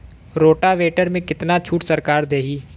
Rotavator में कितना छूट सरकार देही?